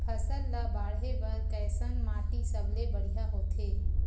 फसल ला बाढ़े बर कैसन माटी सबले बढ़िया होथे?